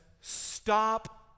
stop